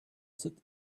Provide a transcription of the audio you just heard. sit